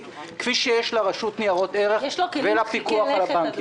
כפי שיש לרשות ניירות ערך ולפיקוח על הבנקים.